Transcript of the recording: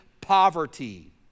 poverty